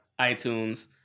iTunes